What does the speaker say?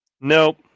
Nope